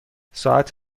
ساعت